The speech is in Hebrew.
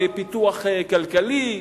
בפיתוח כלכלי,